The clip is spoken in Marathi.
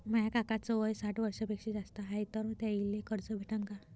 माया काकाच वय साठ वर्षांपेक्षा जास्त हाय तर त्याइले कर्ज भेटन का?